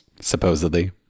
Supposedly